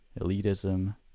elitism